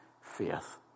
faith